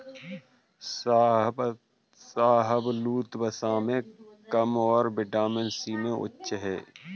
शाहबलूत, वसा में कम और विटामिन सी में उच्च है